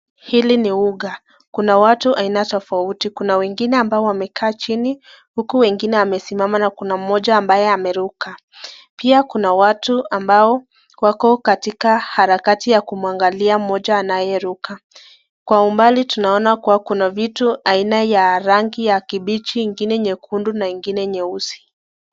Hili ni uga. Kuna watu aina tofauti. Kuna wengine wamekaa chini huku wengine wamesimama na kuna mmoja ambaye ameruka. Pia kuna watu ambao wako katika harakati ya kuangalia mmoja anaye ruka. Kwa umbali tunaona kua kuna vitu ya rangi ya kibichi ingine nyekundu na ingine nyeusi